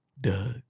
Doug